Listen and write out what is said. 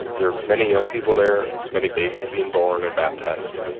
there are many young people there, many babies being born and baptized.